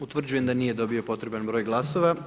Utvrđujem da nije dobio potreban broj glasova.